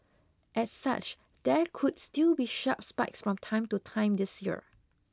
as such there could still be sharp spikes from time to time this year